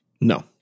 No